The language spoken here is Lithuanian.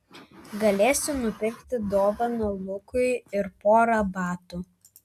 galėsiu nupirkti dovaną lukui ir porą batų